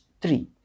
three